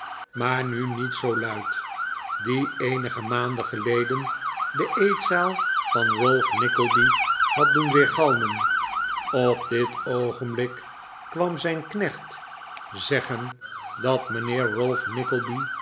maar nu niet zoo luid die eenige maanden geleden de eetzaal van ralph nickleby had doen weergalmen op dit oogenblik kwam zijn knecht zeggen dat mijnheer